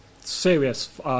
serious